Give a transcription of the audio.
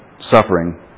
Suffering